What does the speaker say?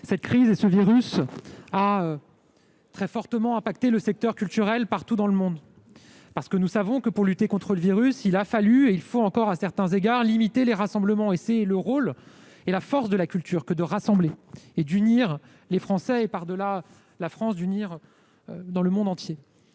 Cette crise a très fortement affecté le secteur culturel partout dans le monde. Pour lutter contre le virus, il a fallu et il faut encore, à certains égards, limiter les rassemblements, alors que c'est le rôle et la force de la culture de rassembler, d'unir les Français et, par-delà la France, d'unir dans le monde entier.